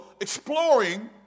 exploring